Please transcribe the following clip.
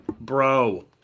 Bro